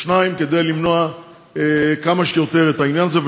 שניים כדי למנוע כמה שיותר את העניין הזה,